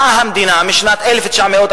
באה המדינה ומשנת 1948,